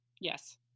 Yes